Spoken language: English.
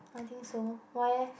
I think so why eh